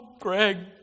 Greg